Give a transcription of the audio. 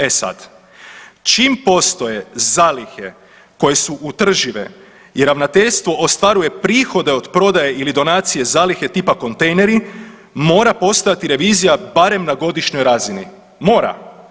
E sad, čim postoje zalihe koje su utržive i ravnateljstvo ostvaruje prihode od prodaje ili donacije zalihe tipa kontejneri, mora postojati revizija barem na godišnjoj razini, mora.